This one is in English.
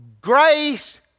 Grace